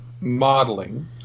modeling